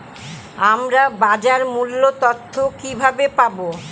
আমরা বাজার মূল্য তথ্য কিবাবে পাবো?